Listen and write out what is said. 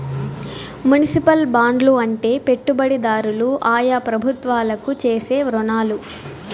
municipal బాండ్లు అంటే పెట్టుబడిదారులు ఆయా ప్రభుత్వాలకు చేసే రుణాలు